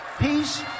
Peace